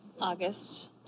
August